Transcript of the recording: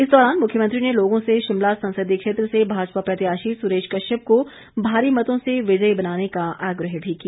इस दौरान मुख्यमंत्री ने लोगों से शिमला संसदीय क्षेत्र से भाजपा प्रत्याशी सुरेश कश्यप को भारी मतों से विजयी बनाने का आग्रह भी किया